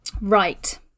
Right